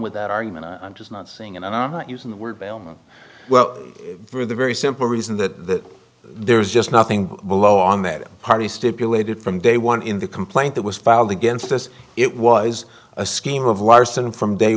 with that argument i'm just not saying and i'm not using the word well for the very simple reason that there's just nothing below on that party stipulated from day one in the complaint that was filed against us it was a scheme of larson from day